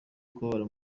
kubabara